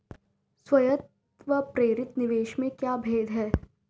स्वायत्त व प्रेरित निवेश में क्या भेद है?